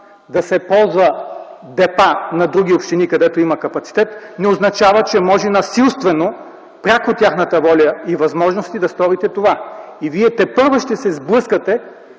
да се ползват депа на други общини, където има капацитет, не означава, че може насилствено, пряко тяхната воля и възможности, да сторите това. Вие тепърва ще се сблъскате